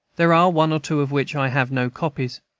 there are one or two of which i have no copies.